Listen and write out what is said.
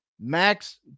Max